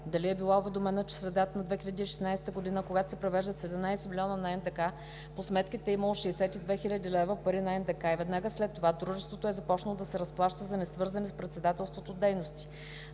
дали е била уведомена, че в средата на 2016 г., когато се превеждат 17 млн. лв. на НДК, по сметките е имало 62 хил. лв. пари на НДК и веднага след това дружеството е започнало да се разплаща за несвързани с председателството дейности;